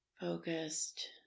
Focused